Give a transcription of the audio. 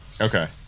Okay